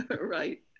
Right